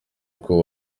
uko